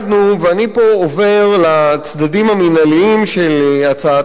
ואני פה עובר מהצדדים הפליליים לצדדים המינהליים של הצעת החוק,